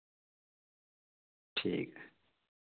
ठीक ऐ